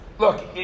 Look